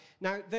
Now